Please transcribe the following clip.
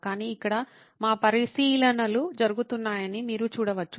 కానీ ఇక్కడే మా పరిశీలనలు జరుగుతున్నాయని మీరు చూడవచ్చు